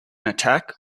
attack